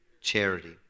charity